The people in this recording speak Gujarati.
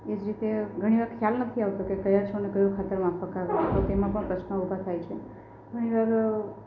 એ જ રીતે ઘણીવાર ખ્યાલ નથી આવતો કે કયા છોડને કયું ખાતર માફક આવે તો તેમાં પણ પ્રશ્નો ઊભા થાય છે ઘણીવાર